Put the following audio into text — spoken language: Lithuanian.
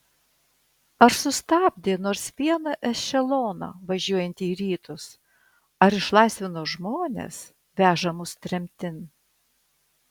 ar sustabdė nors vieną ešeloną važiuojantį į rytus ar išlaisvino žmones vežamus tremtin